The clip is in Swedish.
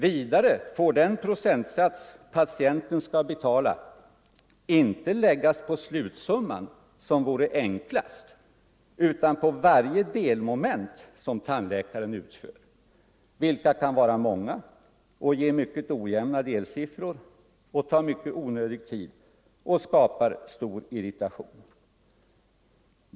Vidare får den procentsats som patienten skall betala inte läggas på slutsumman, vilket vore enklast, utan på vart och ett av de delmoment som tandläkaren utför, och dessa kan vara många och ge mycket ojämna delsiffror. Det här tar mycket onödig tid samt skapar stor irritation.